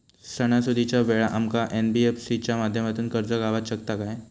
सणासुदीच्या वेळा आमका एन.बी.एफ.सी च्या माध्यमातून कर्ज गावात शकता काय?